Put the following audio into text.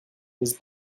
his